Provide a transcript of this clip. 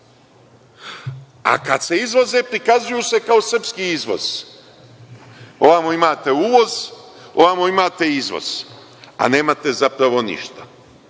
a kad se izvoze prikazuju se kao srpski izvoz. Ovamo imate uvoz, ovamo imate izvoz, a nemate zapravo ništa.